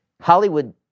Hollywood